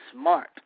smart